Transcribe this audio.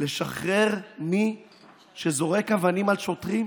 לשחרר מי שזורק אבנים על שוטרים?